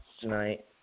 tonight